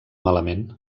malament